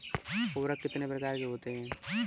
उर्वरक कितने प्रकार के होते हैं?